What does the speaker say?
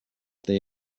they